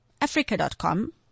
Africa.com